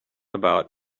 about